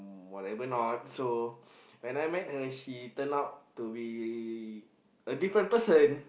whatever note so when I meet he turn out to be a different person